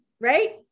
right